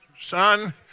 Son